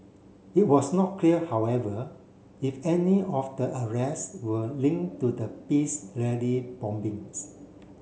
it was not clear however if any of the arrest were linked to the peace rally bombings